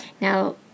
Now